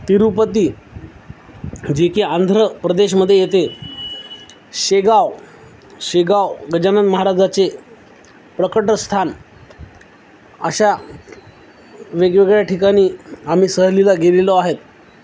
तिरुपती जे के आंध्र प्रदेश मध्ये येते शेगाव शेगाव गजानन महाराजाचे प्रकटस्थान अशा वेगवेगळ्या ठिकाणी आम्ही सहलीला गेलेलो आहेत